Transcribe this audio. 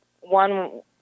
one